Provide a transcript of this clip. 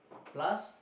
plus